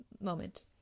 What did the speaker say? moment